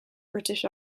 british